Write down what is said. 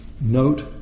Note